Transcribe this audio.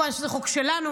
כמובן שזה חוק שלנו,